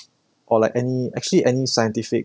or like any actually any scientific